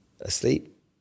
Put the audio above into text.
asleep